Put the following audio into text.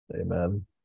Amen